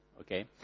Okay